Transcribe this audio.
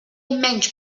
menys